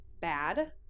bad